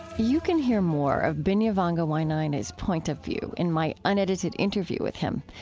you can hear more of binyavanga wainaina's point of view in my unedited interview with him.